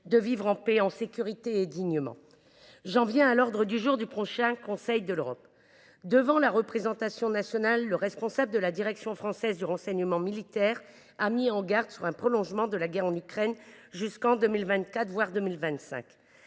de vivre en paix, en sécurité et dans la dignité. J’en viens à l’ordre du jour du prochain Conseil européen. Devant la représentation nationale, le responsable de la direction du renseignement militaire a mis en garde sur le risque de prolongement de la guerre en Ukraine en 2024, voire en 2025.